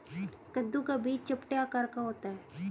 कद्दू का बीज चपटे आकार का होता है